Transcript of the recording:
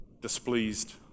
displeased